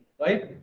right